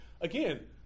Again